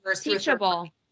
teachable